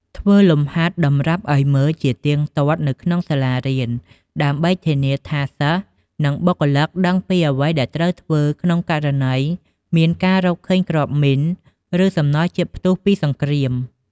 ធ្វើលំហាត់តម្រាប់អោយមើលជាទៀងទាត់នៅក្នុងសាលារៀន ដើម្បីធានាថាសិស្ស និងបុគ្គលិកដឹងពីអ្វីដែលត្រូវធ្វើក្នុងករណីមានការរកឃើញគ្រាប់មីន ឬ សំណល់ជាតិផ្ទុះពីសង្គ្រាម ។